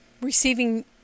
receiving